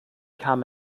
kam